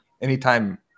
Anytime